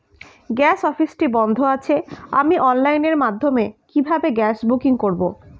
Gas অফিসটি বন্ধ আছে আমি অনলাইনের মাধ্যমে কিভাবে গ্যাস বুকিং করব?